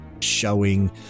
showing